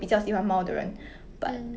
true true true